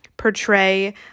portray